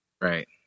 right